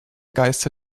geiste